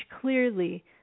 clearly